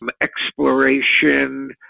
exploration